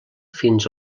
fins